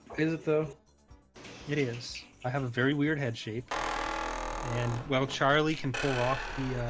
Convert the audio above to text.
is it though it is i have a very weird head shape and well charlie can pull off the